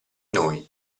noi